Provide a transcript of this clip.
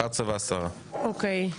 אוקיי.